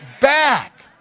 back